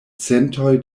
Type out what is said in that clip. centoj